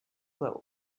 lowe